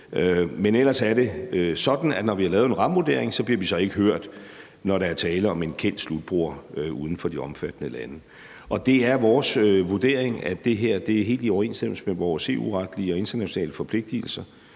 Men ellers er det sådan, at når vi har lavet en rammevurdering, bliver vi ikke hørt, når der er tale om en kendt slutbruger uden for de omfattede lande. Det er vores vurdering, at det her er helt i overensstemmelse med vores EU-retlige og internationale forpligtelser.